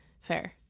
fair